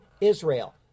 Israel